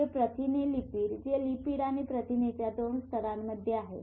हे प्रथिने लिपिड जे लिपिड आणि प्रथिनेच्या दोन स्तरांमध्ये आहे